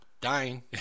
Dying